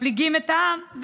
מפלגים את העם,